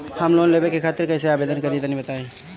हम लोन लेवे खातिर कइसे आवेदन करी तनि बताईं?